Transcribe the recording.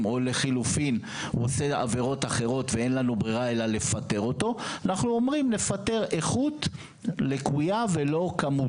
אז עוד פעם להרים לנו את סיפורי המטה השמן וכל מיני דברים כאלה,